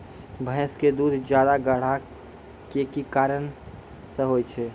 भैंस के दूध ज्यादा गाढ़ा के कि कारण से होय छै?